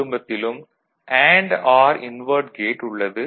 குடும்பத்திலும் and or invert gate உள்ளது